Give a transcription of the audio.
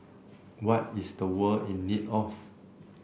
what is the world in need of